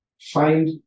find